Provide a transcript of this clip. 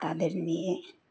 কাদের নিয়ে